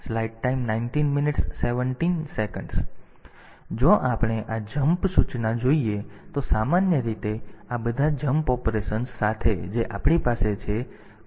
તેથી જો આપણે આ જમ્પ અથવા આ JMP સૂચના જોઈએ તો સામાન્ય રીતે આ બધા જમ્પ ઑપરેશન્સ સાથે જે આપણી પાસે છે